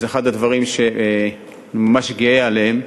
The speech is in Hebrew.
זה אחד הדברים שאני ממש גאה בהם,